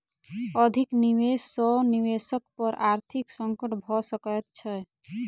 अधिक निवेश सॅ निवेशक पर आर्थिक संकट भ सकैत छै